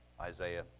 Isaiah